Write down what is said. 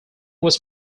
was